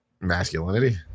masculinity